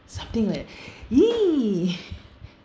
something leh !ee!